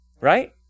Right